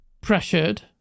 pressured